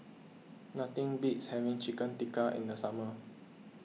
nothing beats having Chicken Tikka in the summer